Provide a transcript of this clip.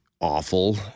awful